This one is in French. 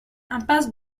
impasse